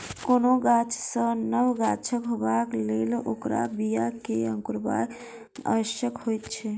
कोनो गाछ सॅ नव गाछ होयबाक लेल ओकर बीया के अंकुरायब आवश्यक होइत छै